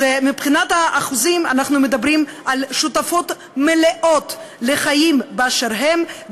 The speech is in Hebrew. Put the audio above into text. אז מבחינת האחוזים אנחנו מדברים על שותפות מלאות לחיים באשר הם,